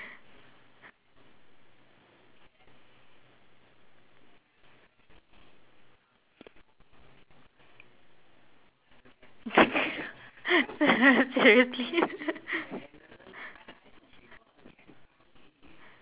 seriously